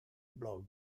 blog